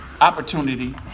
opportunity